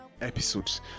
episodes